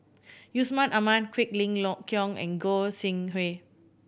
Yusman Aman Quek Ling Kiong and Goi Seng Hui